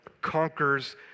conquers